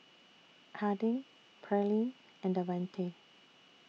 Harding Pearline and Davante